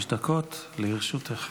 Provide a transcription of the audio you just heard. עד חמש דקות לרשותך.